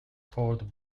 court